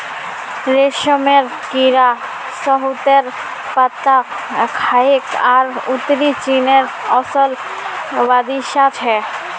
रेशमेर कीड़ा शहतूतेर पत्ता खाछेक आर उत्तरी चीनेर असल बाशिंदा छिके